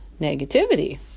negativity